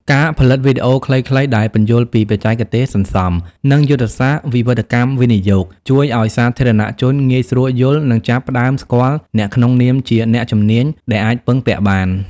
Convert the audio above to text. ការផលិតវីដេអូខ្លីៗដែលពន្យល់ពីបច្ចេកទេសសន្សំ និងយុទ្ធសាស្ត្រវិវិធកម្មវិនិយោគ ជួយឱ្យសាធារណជនងាយស្រួលយល់ និងចាប់ផ្ដើមស្គាល់អ្នកក្នុងនាមជាអ្នកជំនាញដែលអាចពឹងពាក់បាន។